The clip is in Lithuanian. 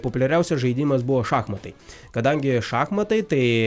populiariausias žaidimas buvo šachmatai kadangi šachmatai tai